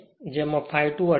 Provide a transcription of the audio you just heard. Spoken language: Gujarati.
જેમાં ∅2 18